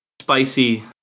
spicy